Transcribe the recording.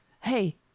Hey